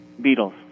Beatles